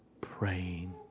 praying